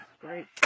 Great